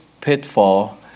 pitfall